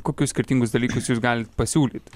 kokius skirtingus dalykus jūs galit pasiūlyt